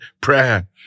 prayer